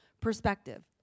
perspective